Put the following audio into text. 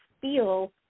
feel